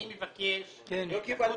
צריך לחפש